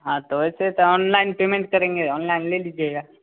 हाँ तो वैसे तो ऑनलाइन पेमेन्ट करेंगे ऑनलाइन ले लीजिएगा